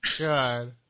God